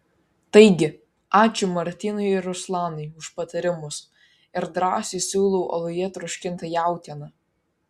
taigi ačiū martynui ir ruslanui už patarimus ir drąsiai siūlau aluje troškintą jautieną